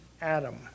Adam